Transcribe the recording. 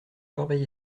corbeil